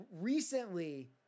recently